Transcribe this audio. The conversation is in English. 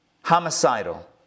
homicidal